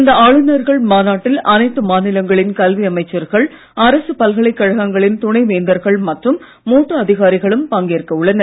இந்த ஆளுநர்கள் மாநாட்டில் அனைத்து மாநிலங்களின் கல்வி அமைச்சர்கள் அரசுப் பல்கலைக்கழகங்களின் துணை வேந்தர்கள் மற்றும் மூத்த அதிகாரிகளும் பங்கேற்க உள்ளனர்